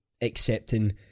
Accepting